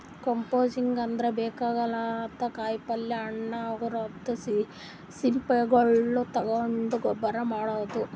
composting ಅಂದ್ರ ಬೇಕಾಗಲಾರ್ದ್ ಕಾಯಿಪಲ್ಯ ಹಣ್ಣ್ ಅವದ್ರ್ ಸಿಪ್ಪಿಗೊಳ್ ತಗೊಂಡ್ ಗೊಬ್ಬರ್ ಮಾಡದ್